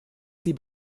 sie